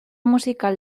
musical